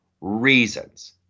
reasons